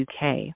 UK